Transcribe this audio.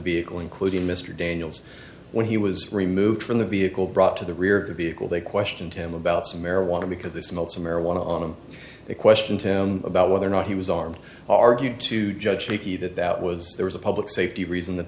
vehicle including mr daniels when he was removed from the vehicle brought to the rear of the vehicle they questioned him about some marijuana because this notes of marijuana on him they questioned him about whether or not he was armed argued to judge he that that was there was a public safety reason that